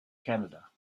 canada